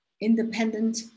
Independent